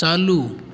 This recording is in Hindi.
चालू